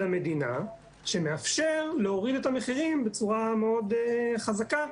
המדינה שמאפשר להוריד את המחירים בצורה מאוד חזקה,